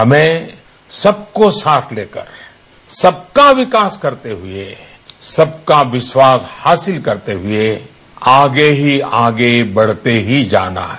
हमें सबको साथ लेकर सबका विकास करते है सबका विश्वास हासिल करते हुए आगे ही आगे बढ़ते ही जाना है